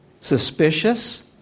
suspicious